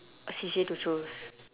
C_C_A to choose